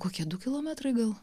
kokie du kilometrai gal